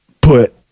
put